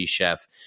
chef